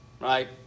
right